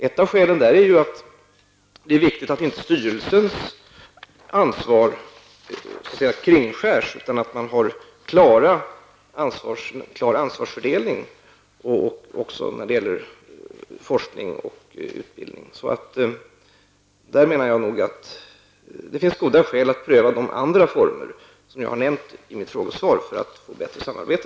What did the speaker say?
Ett av skälen är att det är viktigt att styrelsens ansvar inte kringskärs utan att det finns en klar ansvarsfördelning, även när det gäller forskning och utbildning. Det finns goda skäl att pröva de andra former som jag nämnde i mitt frågesvar för att få bättre samarbete.